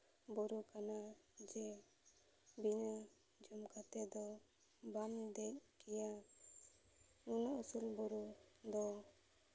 ᱵᱩᱨᱩ ᱠᱟᱱᱟ ᱡᱮ ᱵᱤᱱᱟᱹ ᱡᱚᱢ ᱠᱟᱛᱮ ᱫᱚ ᱵᱟᱢ ᱫᱮᱡᱽ ᱠᱚᱜᱼᱟ ᱩᱱᱟᱹᱜ ᱩᱥᱩᱞ ᱵᱩᱨᱩ ᱫᱚ